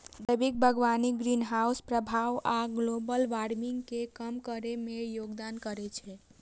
जैविक बागवानी ग्रीनहाउस प्रभाव आ ग्लोबल वार्मिंग कें कम करै मे योगदान करै छै